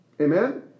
Amen